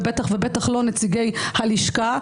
ובטח ובטח לא נציגי הלשכה,